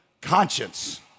conscience